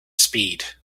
speed